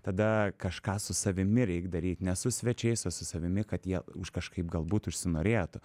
tada kažką su savimi reik daryt ne su svečiais o su savimi kad jie kažkaip galbūt užsinorėtų